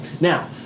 Now